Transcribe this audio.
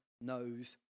knows